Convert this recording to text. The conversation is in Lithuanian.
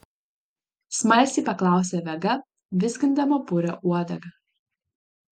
smalsiai paklausė vega vizgindama purią uodegą